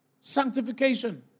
sanctification